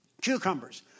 cucumbers